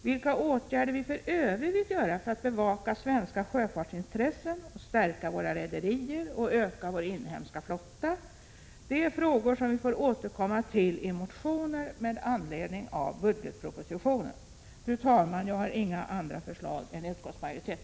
Vilka åtgärder vi för övrigt vill vidta för att bevaka svenska sjöfartsintressen, stärka våra rederier och öka vår inhemska flotta, är frågor som vi får återkomma till i motioner med anledning av budgetpropositionen. Fru talman! Jag har inga andra förslag än utskottets majoritet.